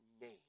name